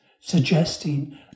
suggesting